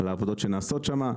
על העבודות שנעשות שם.